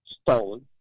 stolen